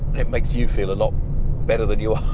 it makes you feel a lot better than you